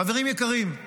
חברים יקרים,